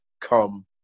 come